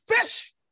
fish